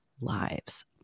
lives